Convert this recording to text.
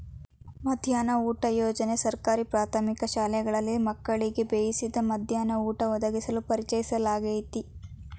ಮಧ್ಯಾಹ್ನದ ಊಟ ಯೋಜನೆ ಸರ್ಕಾರಿ ಪ್ರಾಥಮಿಕ ಶಾಲೆಗಳಲ್ಲಿ ಮಕ್ಕಳಿಗೆ ಬೇಯಿಸಿದ ಮಧ್ಯಾಹ್ನ ಊಟ ಒದಗಿಸಲು ಪರಿಚಯಿಸ್ಲಾಗಯ್ತೆ